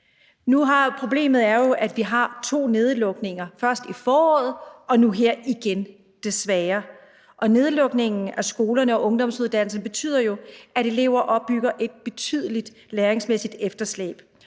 Problemet er jo, at vi har to nedlukninger: Først i foråret og nu her igen, desværre. Og nedlukningen af skolerne og ungdomsuddannelserne betyder jo, at elever opbygger et betydeligt læringsmæssigt efterslæb.